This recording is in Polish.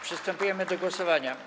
Przystępujemy do głosowania.